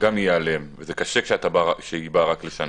גם יהיה עליהן וזה קשה כשהיא באה רק לשנה.